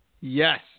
Yes